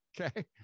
okay